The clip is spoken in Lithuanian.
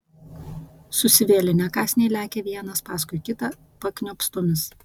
susivėlinę kąsniai lekia vienas paskui kitą pakniopstomis